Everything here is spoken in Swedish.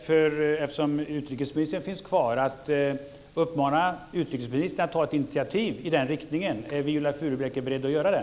Eftersom utrikesministern är kvar finns det en möjlighet att uppmana henne att ta ett initiativ i den riktningen. Är Viola Furubjelke beredd att göra det?